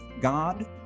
God